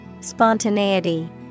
Spontaneity